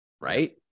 right